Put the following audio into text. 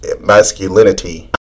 masculinity